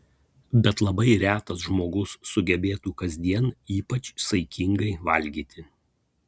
bet labai retas žmogus sugebėtų kasdien ypač saikingai valgyti